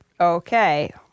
Okay